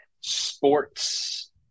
sports